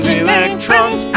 electrons